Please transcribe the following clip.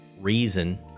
reason